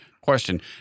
Question